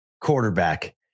quarterback